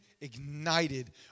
ignited